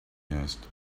asked